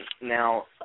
Now